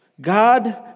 God